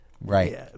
Right